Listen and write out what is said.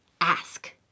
Ask